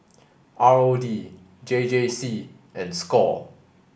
R O D J J C and Score